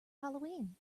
halloween